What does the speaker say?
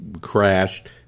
crashed